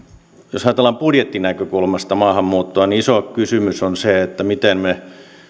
jos ajatellaan budjettinäkökulmasta maahanmuuttoa niin iso kysymys on se miten me nyt